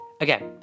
Again